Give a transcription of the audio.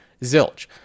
Zilch